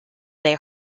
they